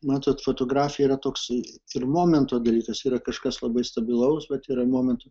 matot fotografija yra toksai ir momento dalykas yra kažkas labai stabilaus bet yra momentų